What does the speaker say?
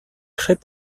très